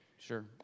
Sure